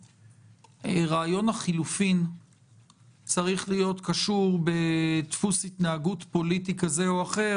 שרעיון החילופים צריך להיות קשור בדפוס התנהגות פוליטי כזה או אחר,